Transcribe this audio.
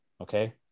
Okay